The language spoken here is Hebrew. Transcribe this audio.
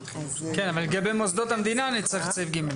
לגבי מוסדות המדינה נצטרך את סעיף ג'.